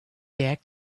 back